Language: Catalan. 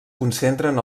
concentren